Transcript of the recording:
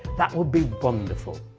that would be wonderful,